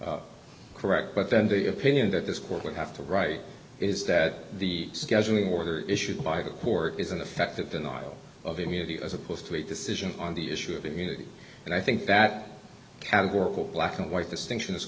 other correct but then the opinion that this court would have to right is that the scheduling order issued by the court is an effective denial of immunity as opposed to a decision on the issue of immunity and i think that categorical black and white distinction is